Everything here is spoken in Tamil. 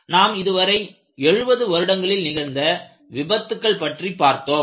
நாம் இதுவரை 70 வருடங்களில் நிகழ்ந்த விபத்துக்கள் பற்றி பார்த்தோம்